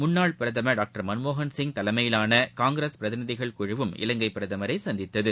முன்னாள் பிரதமர் டாக்டர் மன்மோகன் சிங் தலைமையிலான காங்கிரஸ் பிரதிநிதிகள் குழுவும் இலங்கைப் பிரதமரை சந்தித்தது